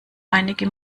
einige